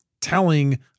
telling